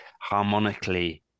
harmonically